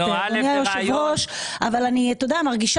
הזמן.